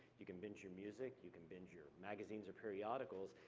you can binge your music, you can binge your magazines or periodicals,